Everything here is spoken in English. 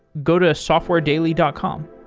go to softwaredaily dot com.